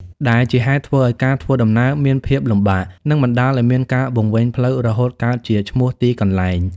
ដែលជាហេតុធ្វើឲ្យការធ្វើដំណើរមានភាពលំបាក និងបណ្តាលឲ្យមានការវង្វេងផ្លូវរហូតកើតជាឈ្មោះទីកន្លែង។